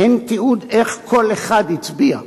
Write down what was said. אין תיעוד איך כל אחד הצביע.